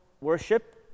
worship